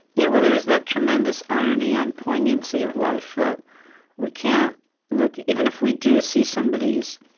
yeah. well, there's that tremendous irony and poignancy of life that we can't look even if we do see somebody's